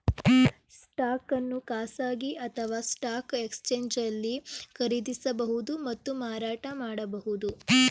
stock ಅನ್ನು ಖಾಸಗಿ ಅಥವಾ ಸ್ಟಾಕ್ ಎಕ್ಸ್ಚೇಂಜ್ನಲ್ಲಿ ಖರೀದಿಸಬಹುದು ಮತ್ತು ಮಾರಾಟ ಮಾಡಬಹುದು